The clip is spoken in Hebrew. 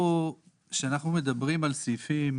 כאשר אנחנו מדברים על הסעיפים,